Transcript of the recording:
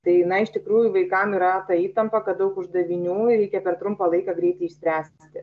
tai na iš tikrųjų vaikam yra ta įtampa kad daug uždavinių ir reikia per trumpą laiką greitai išspręsti